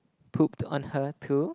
pooped on her too